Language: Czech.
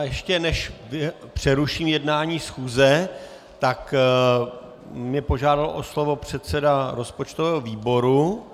Ještě než přeruším jednání schůze, tak mě požádal o slovo předseda rozpočtového výboru.